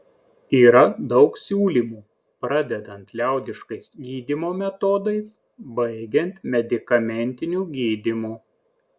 yra daug siūlymų pradedant liaudiškais gydymo metodais baigiant medikamentiniu gydymu